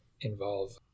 involve